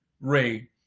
Ray